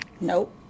Nope